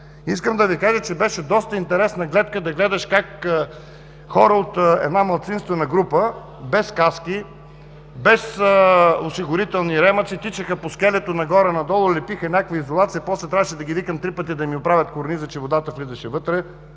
искам да Ви кажа, че беше доста интересна гледка как хора от една малцинствена група – без каски, без осигурителни ремъци, тичаха по скелето нагоре надолу, лепиха някаква изолация, после трябваше да ги викам три пъти да ми оправят корниза, че водата влизаше вътре.